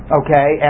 okay